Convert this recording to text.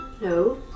No